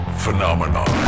phenomenon